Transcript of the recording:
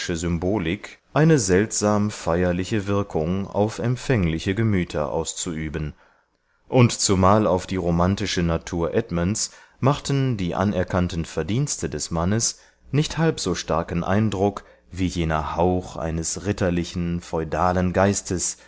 eine seltsam feierliche wirkung auf empfängliche gemüter auszuüben und zumal auf die romantische natur edmunds machten die anerkannten verdienste des mannes nicht halb so starken eindruck wie jener hauch eines ritterlichen feudalen geistes